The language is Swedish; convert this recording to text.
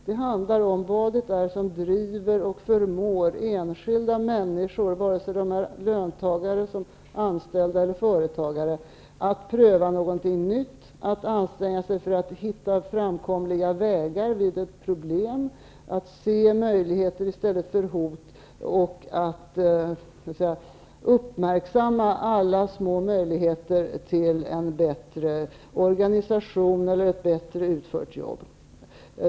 Det handlar om vad det är som driver och förmår enskilda människor, vare sig de är löntagare eller företagare, att pröva någonting nytt, att anstränga sig för att hitta framkomliga vägar vid problem, att se möjligheter i stället för hot och att uppmärksamma alla små möjligheter till en bättre organisation eller ett bättre utfört jobb.